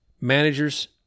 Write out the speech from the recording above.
managers